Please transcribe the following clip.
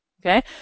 okay